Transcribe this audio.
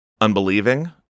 unbelieving